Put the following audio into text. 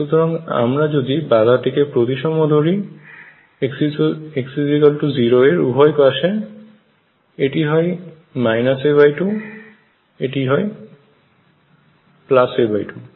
সুতরাং আমরা যদি বাধাটিকে প্রতিসম ধরি x0 এর উপায় পাশে এটি হয় -a2 এটি a2